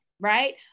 right